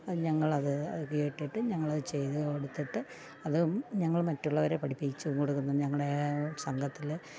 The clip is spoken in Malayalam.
അതിൽ ഞങ്ങളത് അതു കേട്ടിട്ട് ഞങ്ങളത് ചെയ്തു കൊടുത്തിട്ട് അതും ഞങ്ങൾ മറ്റുള്ളവരെ പഠിപ്പിച്ചു കൊടുക്കുന്നു ഞങ്ങളെ സംഘത്തിൽ